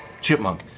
chipmunk